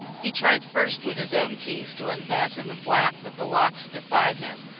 he tried first with his own keys to unfasten the flap but the locks defied him.